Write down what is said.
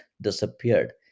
disappeared